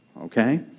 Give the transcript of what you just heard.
Okay